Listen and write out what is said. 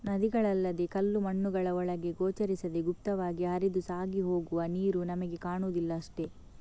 ನದಿಗಳಲ್ಲದೇ ಕಲ್ಲು ಮಣ್ಣುಗಳ ಒಳಗೆ ಗೋಚರಿಸದೇ ಗುಪ್ತವಾಗಿ ಹರಿದು ಸಾಗಿ ಹೋಗುವ ನೀರು ನಮಿಗೆ ಕಾಣುದಿಲ್ಲ ಅಷ್ಟೇ